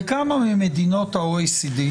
בכמה ממדינות ה-OECD ?